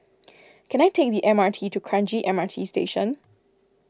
can I take the M R T to Kranji M R T Station